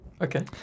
Okay